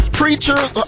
preachers